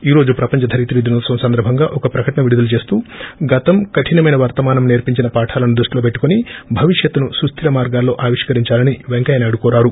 ఈ రోజు ప్రపంచ ధరిత్రీ దినోత్సవం సందర్భంగా ఒక ప్రకటన విడుల చేస్తూ గతం కఠినమైన వర్తమానం సేర్పించిన పాఠాలను దృష్టిలో పెట్టుకుని భవిష్యత్తును సుస్దిర మార్గాల్లో ఆవిష్కరిందాలని పెంకయ్య నాయుడు కోరారు